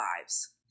lives